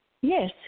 Yes